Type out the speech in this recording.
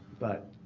but